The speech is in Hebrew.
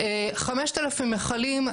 5,000 מכלים,